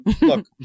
Look